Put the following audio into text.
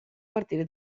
partire